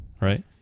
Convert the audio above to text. Right